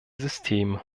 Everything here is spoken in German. system